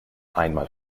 einmal